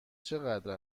چقدر